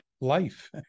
life